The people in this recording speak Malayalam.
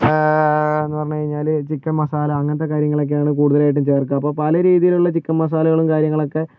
എന്ന് പറഞ്ഞ് കഴിഞ്ഞാൽ ചിക്കൻ മസാല അങ്ങനത്തെ കാര്യങ്ങളക്കെയാണ് കൂടുതലായിട്ടും ചേർക്കുക അപ്പോൾ പല രീതിയിലുള്ള ചിക്കൻ മസാല കാര്യങ്ങളൊക്കെ